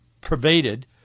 pervaded